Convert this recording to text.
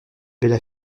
belles